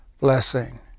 blessing